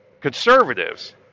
conservatives